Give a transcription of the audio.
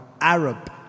Arab